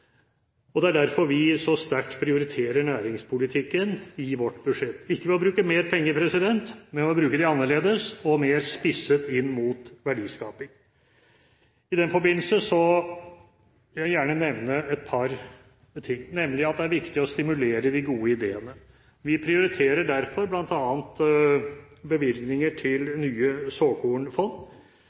Det er derfor vi så sterkt prioriterer næringspolitikken i vårt budsjett – ikke ved å bruke mer penger, men ved å bruke dem annerledes og mer spisset inn mot verdiskaping. I den forbindelse vil jeg gjerne nevne et par ting. Det er viktig å stimulere de gode ideene. Vi prioriterer derfor bl.a. bevilgninger til nye såkornfond.